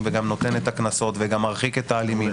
וגם נותן את הקנסות וגם מרחיק את האלימים.